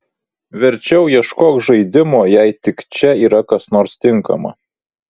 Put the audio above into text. verčiau ieškok žaidimo jei tik čia yra kas nors tinkama